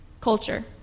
Culture